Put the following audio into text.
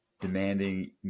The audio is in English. demanding